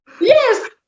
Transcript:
Yes